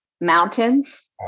mountains